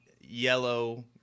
yellow